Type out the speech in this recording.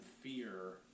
fear